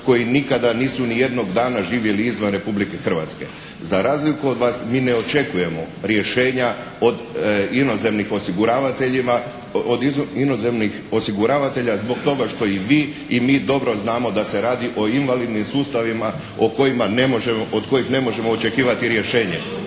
koji nikada nisu ni jednog dana živjeli izvan Republike Hrvatske. Za razliku od vas mi ne očekujemo rješenja od inozemnih osiguravateljima, od inozemnih osiguravatelja zbog toga što i vi i mi dobro znamo da se radi o invalidnim sustavima o kojima, od kojih ne možemo očekivati rješenje.